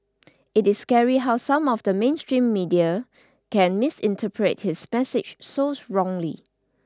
it is scary how some of the mainstream media can misinterpret his message so wrongly